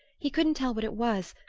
he couldn't tell what it was,